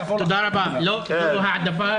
היו בינינו הסכמות, ואי-הסכמות לפעמים.